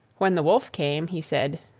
when the wolf came he said,